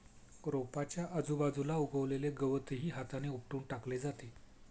रोपाच्या आजूबाजूला उगवलेले गवतही हाताने उपटून टाकले जाते